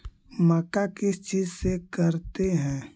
मक्का किस चीज से करते हैं?